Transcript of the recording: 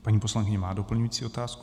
Paní poslankyně má doplňující otázku.